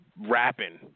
rapping